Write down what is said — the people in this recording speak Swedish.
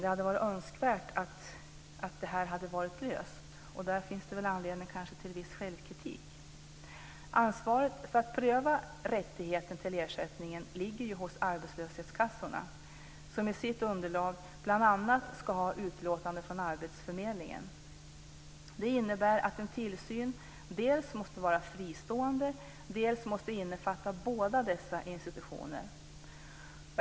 Det hade varit önskvärt att det här var löst. Där finns det kanske anledning till viss självkritik. Ansvaret för att pröva rätten till ersättning ligger hos arbetslöshetskassorna som i sitt underlag bl.a. ska ha ett utlåtande från arbetsförmedlingen. Det innebär att en tillsyn måste dels vara fristående, dels innefatta båda dessa institutioner.